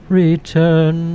return